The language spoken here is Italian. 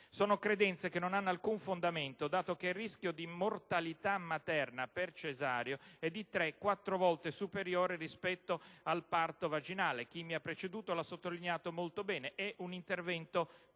Sono credenze che non hanno alcun fondamento, dato che il rischio di mortalità materna per cesareo è di tre-quattro volte superiore rispetto al parto vaginale: chi mi ha preceduto ha sottolineato molto bene che si tratta di